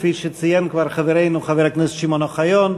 כפי שציין כבר חברנו חבר הכנסת שמעון אוחיון,